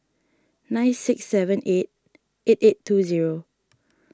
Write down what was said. nine six seven eight eight eight two zero